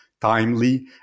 timely